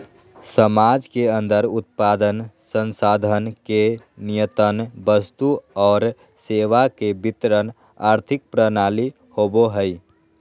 समाज के अन्दर उत्पादन, संसाधन के नियतन वस्तु और सेवा के वितरण आर्थिक प्रणाली होवो हइ